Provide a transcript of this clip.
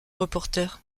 reporter